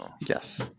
yes